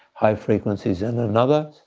high frequencies in another.